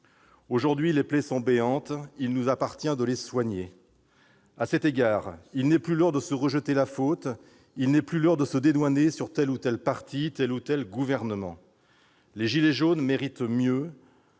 Aujourd'hui, les plaies sont béantes. Il nous appartient de les soigner. À cet égard, il n'est plus l'heure de se rejeter la faute. Il n'est plus l'heure de se dédouaner sur tel ou tel parti, sur tel ou tel gouvernement. Les « gilets jaunes » méritent mieux.